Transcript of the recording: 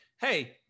hey